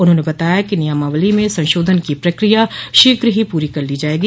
उन्होंने बताया कि नियमावली में संशोधन की प्रक्रिया शीघ्र ही पूरी कर ली जायेगी